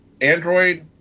Android